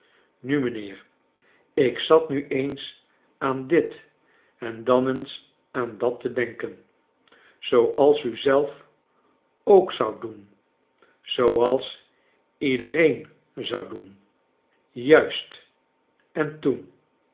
nu mijnheer ik zat nu eens aan dit en dan eens aan dat te denken zooals u zelf ook zoudt doen zooals iedereen zou doen juist en toen